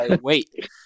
Wait